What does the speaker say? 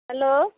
hello